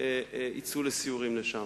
יצאו לסיורים אליהם.